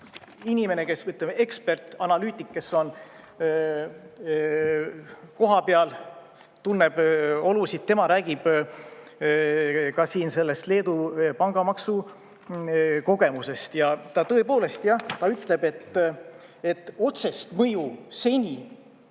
inimene, ekspertanalüütik, kes on kohapeal, tunneb olusid, tema räägib siin sellest Leedu pangamaksu kogemusest. Ja ta tõepoolest jah, ta ütleb, et otsest mõju seni